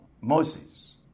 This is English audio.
Moses